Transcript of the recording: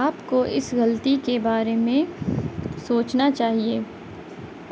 آپ کو اس غلطی کے بارے میں سوچنا چاہیے